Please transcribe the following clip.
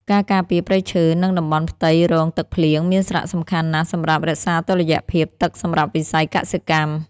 ការការពារព្រៃឈើ និងតំបន់ផ្ទៃរងទឹកភ្លៀង មានសារៈសំខាន់ណាស់សម្រាប់រក្សាតុល្យភាពទឹកសម្រាប់វិស័យកសិកម្ម។